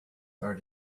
are